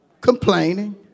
complaining